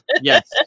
Yes